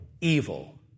evil